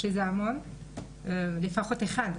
שזה המון, לפחות שאיבה אחת.